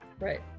Right